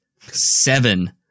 seven